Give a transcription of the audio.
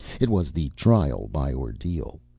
it was the trial by ordeal.